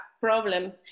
problem